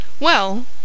Well